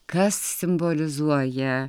kas simbolizuoja